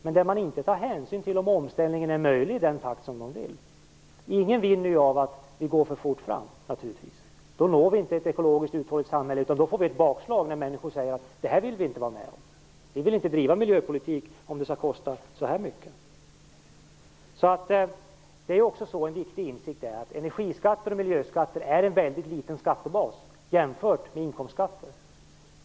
Men Miljöpartiet tar inte hänsyn till att omställningen i den takt partiet önskar inte är möjlig. Ingen vinner på att vi går för fort fram. Då når vi inte ett ekologiskt uthålligt samhälle, utan får i stället ett bakslag. Människor kommer att säga: Det här vill vi inte vara med om. Vi vill inte vara med om miljöpolitiken om den skall kosta så här mycket. En viktig insikt är alltså att energi och miljöskatter är en väldigt liten skattebas jämfört med inkomstskatter.